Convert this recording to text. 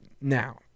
Now